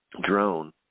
drone